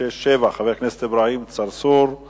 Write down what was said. חבר הכנסת חיים אמסלם שאל את שר הביטחון ביום